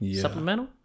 Supplemental